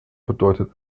bedeutet